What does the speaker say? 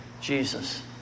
Jesus